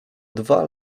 dwa